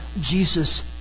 Jesus